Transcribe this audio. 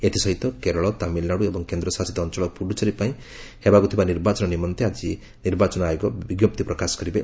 ଏଥିସହିତ କେରଳ ତାମିଲନାଡ଼ୁ ଏବଂ କେନ୍ଦ୍ରଶାସିତ ଅଞ୍ଚଳ ପୁଡୁଚେରୀ ପାଇଁ ହେବାକୁ ଥିବା ନିର୍ବାଚନ ନିମନ୍ତେ ଆଜି ନିର୍ବାଚନ ଆୟୋଗ ବିଜ୍ଞପ୍ତି ପ୍ରକାଶ କରିବେ